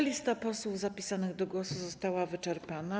Lista posłów zapisanych do głosu została wyczerpana.